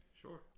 Sure